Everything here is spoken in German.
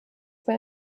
bei